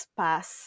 pass